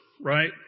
right